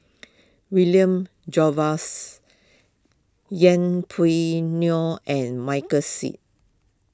William Jervois Yeng Pway Ngon and Michael Seet